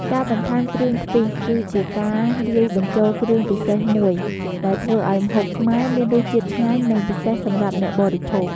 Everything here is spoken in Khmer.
ការបន្ថែមគ្រឿងខ្ទិះ គឺជាការលាយបញ្ចូលគ្រឿងពិសេសមួយដែលធ្វើឱ្យម្ហូបខ្មែរមានរសជាតិឆ្ងាញ់ និងពិសេសសម្រាប់អ្នកបរិភោគ។